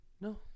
No